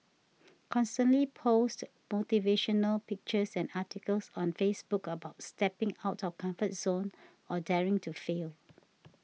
constantly post motivational pictures and articles on Facebook about stepping out of comfort zone or daring to fail